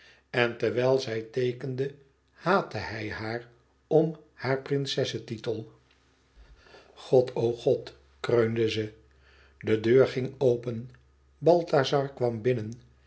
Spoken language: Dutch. en terwijl zij teekende haatte hij haar om haar prinsessetitel god o god o god kreunde ze de deur ging open balthazar kwam binnen